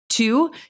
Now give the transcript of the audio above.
Two